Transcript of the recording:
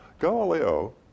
Galileo